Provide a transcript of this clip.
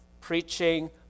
preaching